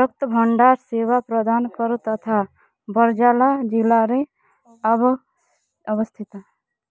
ରକ୍ତ ଭଣ୍ଡାର ସେବା ପ୍ରଦାନ କରେ ତଥା ଜିଲ୍ଲାରେ ଅବ ଅବସ୍ଥିତ